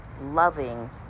loving